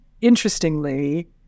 interestingly